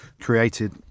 created